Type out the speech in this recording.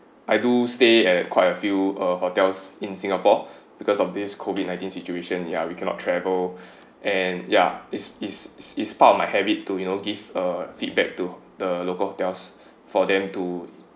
I do stay at quite a few uh hotels in singapore because of this COVID nineteen situation ya we cannot travel and ya is is is part of my habit to you know to give uh feedback to the local hotels for them to